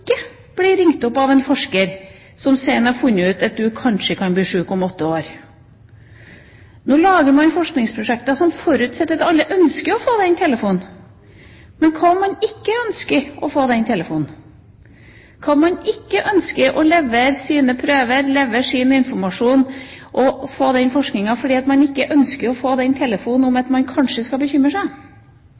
Nå lager man forskningsprosjekter som forutsetter at alle ønsker å få den telefonen. Men hva om man ikke ønsker å få den? Hva om man ikke ønsker å levere sine prøver, levere sin informasjon og få den forskningen fordi man ikke ønsker å få den telefonen om at man kanskje skal bekymre seg?